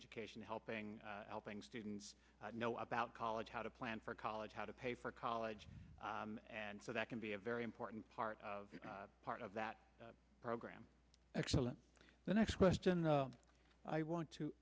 education helping helping students know about college how to plan for college how to pay for college and so that can be a very important part of part of that program excellent the next question i want to